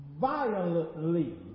violently